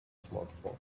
smartphone